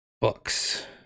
Books